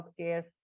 healthcare